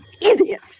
idiot